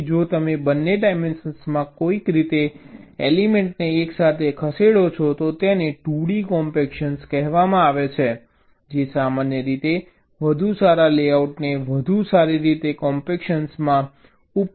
તેથી જો તમે બંને ડાયમેન્શનોમાં કોઈક રીતે એલિમેન્ટોને એકસાથે ખસેડો છો તો તેને 2d કોમ્પેક્શન કહેવામાં આવે છે જે સામાન્ય રીતે વધુ સારા લેઆઉટને વધુ સારી રીતે કોમ્પેક્શનમાં ઉપરિણમી શકે છે